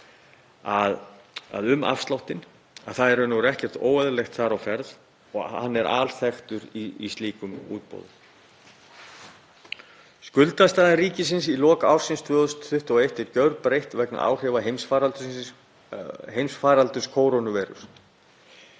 stað um afsláttinn að það er í raun og veru ekkert óeðlilegt þar á ferð og hann er alþekktur í slíkum útboðum. Skuldastaða ríkisins í lok ársins 2021 er gjörbreytt vegna áhrifa heimsfaraldurs kórónuveiru.